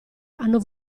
hanno